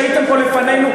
שהייתם פה לפנינו,